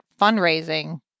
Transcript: fundraising